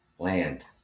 land